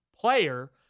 player